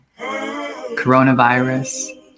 Coronavirus